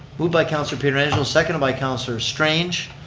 moved by councilor pietrangelo, seconded by councilor strange.